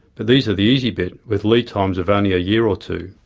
but these are the easy bit, with lead times of only a year or two.